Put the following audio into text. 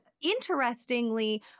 interestingly